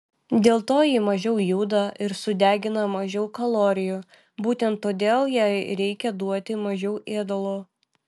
dėl to ji mažiau juda ir sudegina mažiau kalorijų būtent todėl jai reikia duoti mažiau ėdalo